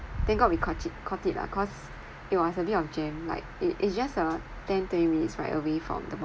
thank god we caught it caught it lah cause it was a bit of jam like it it's just a ten twenty minutes' ride away from the